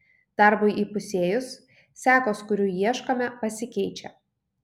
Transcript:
darbui įpusėjus sekos kurių ieškome pasikeičia